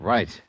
Right